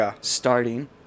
starting